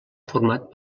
format